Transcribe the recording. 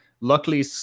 Luckily